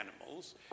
animals